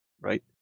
right